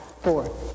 four